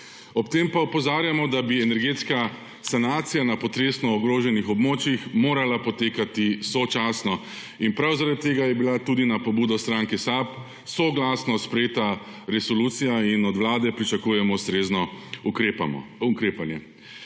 Ob tem pa opozarjamo, da bi energetska sanacija na potresno ogroženih območjih morala potekati sočasno in prav zaradi tega je bila tudi na pobudo stranke SAB soglasno sprejeta resolucija in od Vlade pričakujemo ustrezno ukrepanje.